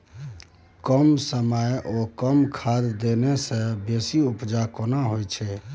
कम समय ओ कम खाद देने से बेसी उपजा केना होय छै?